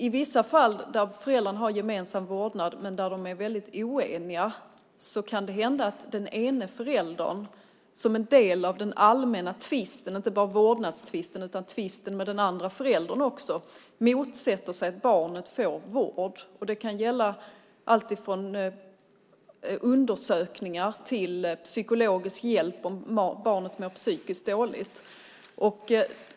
I vissa fall där föräldrarna har gemensam vårdnad men är väldigt oeniga kan det hända att den ena föräldern som en del av den allmänna tvisten - inte bara vårdnadstvisten, utan tvisten med den andra föräldern också - motsätter sig att barnet får vård. Det kan gälla alltifrån undersökningar till psykologisk hjälp om barnet mår psykiskt dåligt.